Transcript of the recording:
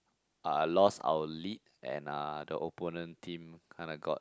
uh lost our lead and uh the opponent team kinda got